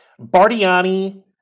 Bardiani